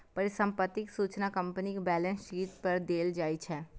परिसंपत्तिक सूचना कंपनीक बैलेंस शीट पर देल जाइ छै